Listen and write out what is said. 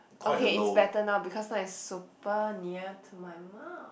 okay it's better now because now it's super near to my mouth